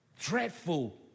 dreadful